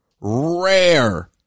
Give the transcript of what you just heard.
Rare